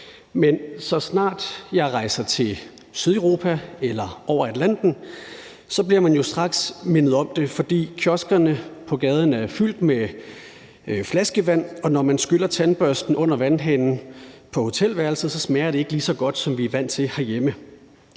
Men så snart man rejser til Sydeuropa eller over Atlanten, bliver man jo straks mindet om det, for kioskerne på gaden er fyldt med flaskevand, og når man skyller tandbørsten under vandhanen på hotelværelset, smager det bagefter ikke lige så godt, som man er vant til herhjemme.